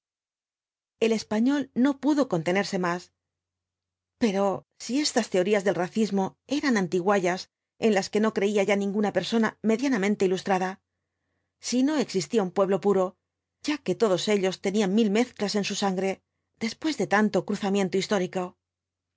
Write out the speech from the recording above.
el español no pudo contenerse más pero si estas teorías del racismo eran antiguallas en las que no creía ya ninguna persona medianamente ilustrada si no existía un paeblo puro ya que todos ellos tenían mil mezclas en su sangre después de tanto cruzamiento histórico